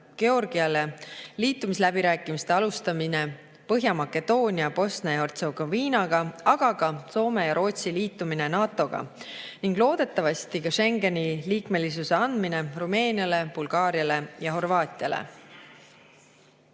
Georgiale, liitumisläbirääkimiste alustamine Põhja-Makedoonia, Bosnia ja Hertsegoviinaga, aga ka Soome ja Rootsi liitumine NATO-ga ning loodetavasti ka Schengeni liikmesuse andmine Rumeeniale, Bulgaariale ja Horvaatiale.